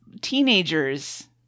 teenagers